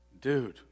dude